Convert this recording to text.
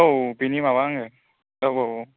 औ बेनि माबा आङो औ औ औ